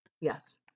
Yes